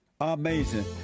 Amazing